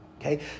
Okay